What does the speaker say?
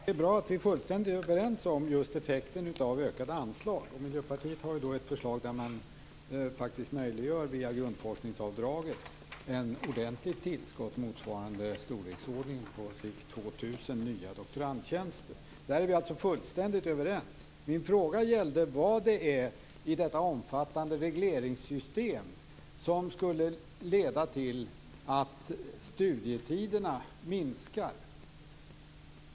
Fru talman! Det är bra att vi är fullständigt överens om effekten av ökade anslag. Miljöpartiet har ju ett förslag där man faktiskt möjliggör, via grundforskningsavdraget, ett ordentligt tillskott som på sikt motsvarar en storleksordning på ca 2 000 nya doktorandtjänster. Där är vi alltså fullständigt överens. Min fråga gällde vad det är i detta omfattande regleringssystem som skulle leda till att studietiderna minskar.